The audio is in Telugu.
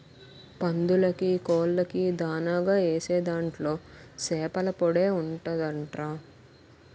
పందులకీ, కోళ్ళకీ దానాగా ఏసే దాంట్లో సేపల పొడే ఉంటదంట్రా